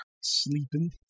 Sleeping